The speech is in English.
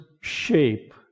shape